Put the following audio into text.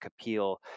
appeal